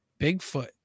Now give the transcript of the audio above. Bigfoot